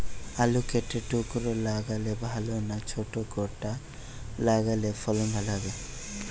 আলু কেটে টুকরো লাগালে ভাল না ছোট গোটা লাগালে ফলন ভালো হবে?